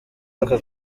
aka